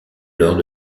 lors